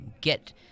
get